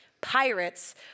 pirates